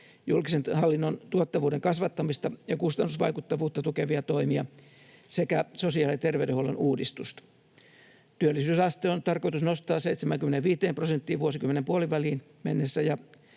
julkisen hallinnon tuottavuuden kasvattamista ja kustannusvaikuttavuutta tukevia toimia sekä sosiaali‑ ja terveydenhuollon uudistusta. Työllisyysaste on tarkoitus nostaa 75 prosenttiin vuosikymmenen puoliväliin mennessä